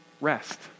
rest